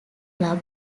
club